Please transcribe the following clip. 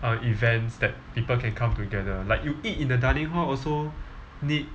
uh events that people can come together like you eat in the dining hall also need